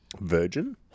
Virgin